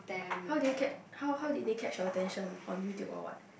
how do you catch how how did they catch your attention on YouTube or what